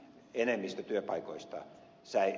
enemmistö työpaikoista säilyy